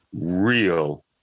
real